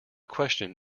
question